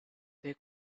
they